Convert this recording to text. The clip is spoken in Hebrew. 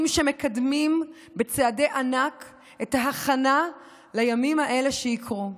שמקדמים בצעדי ענק את ההכנה לימים האלה שיקרו.